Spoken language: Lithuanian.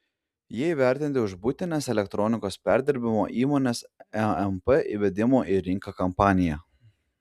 jie įvertinti už buitinės elektronikos perdirbimo įmonės emp įvedimo į rinką kampaniją